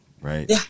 right